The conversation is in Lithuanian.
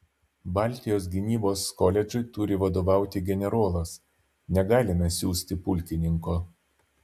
baltijos gynybos koledžui turi vadovauti generolas negalime siųsti pulkininko